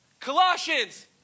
Colossians